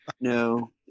No